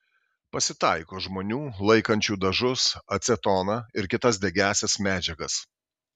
pasitaiko žmonių laikančių dažus acetoną ir kitas degiąsias medžiagas